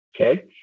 okay